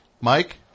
Mike